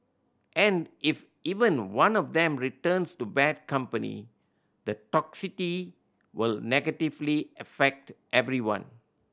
and if even one of them returns to bad company the toxicity will negatively affect everyone